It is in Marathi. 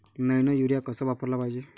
नैनो यूरिया कस वापराले पायजे?